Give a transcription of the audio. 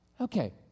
okay